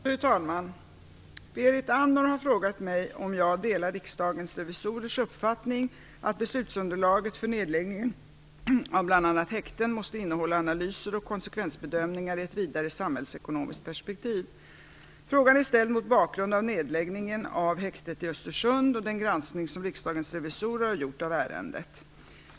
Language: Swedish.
Fru talman! Berit Andnor har frågat mig om jag delar Riksdagens revisorers uppfattning att beslutsunderlaget för nedläggning av bl.a. häkten måste innehålla analyser och konsekvensbedömningar i ett vidare samhällsekonomiskt perspektiv. Frågan är ställd mot bakgrund av nedläggningen av häktet i Östersund och den granskning som Riksdagens revisorer har gjort av ärendet .